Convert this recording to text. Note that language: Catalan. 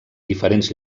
diferents